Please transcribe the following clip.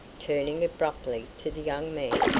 turning abruptly to the young man.